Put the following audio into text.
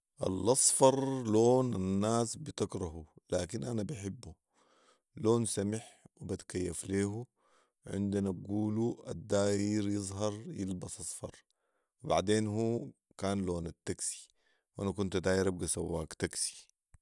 الاصفر لون الناس بتكرهو لكن انا بحبه لون سمح و بتكيف ليه وعندنا بيقولوا الداير يظهر يلبس اصفر بعدين هو كان لون التكسي وانا كنت داير ابقي سواق تكسي